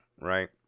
right